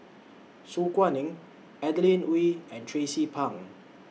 Su Guaning Adeline Ooi and Tracie Pang